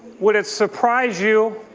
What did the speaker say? would it surprise you,